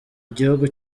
gihugu